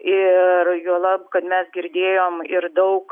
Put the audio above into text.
ir juolab kad mes girdėjom ir daug